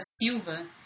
Silva